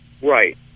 Right